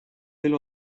will